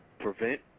prevent